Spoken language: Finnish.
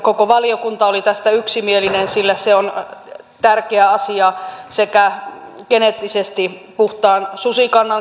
koko valiokunta oli tästä yksimielinen sillä se on tärkeä asia sekä geneettisesti puhtaan susikannan